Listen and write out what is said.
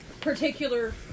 particular